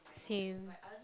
same